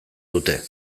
dute